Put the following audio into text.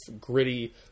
gritty